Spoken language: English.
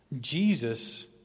Jesus